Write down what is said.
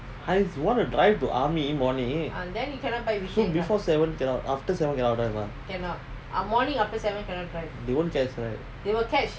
I wanna drive to army morning so before seven after seven cannot drive ah they won't catch right